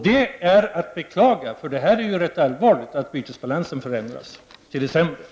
Det är att beklaga, eftersom det är ganska allvarligt att bytesbalansen förändras till det sämre.